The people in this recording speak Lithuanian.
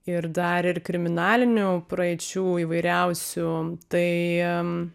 ir dar ir kriminalinių praeičių įvairiausių tai